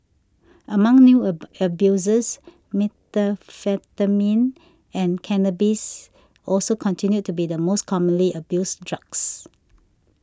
among new a abusers methamphetamine and cannabis also continued to be the most commonly abused drugs